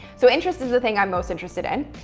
so interest is the thing i'm most interested in.